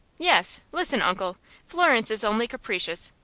yes. listen, uncle florence is only capricious,